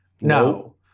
No